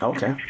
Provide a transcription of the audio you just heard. Okay